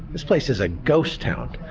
this place is a ghost town.